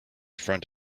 front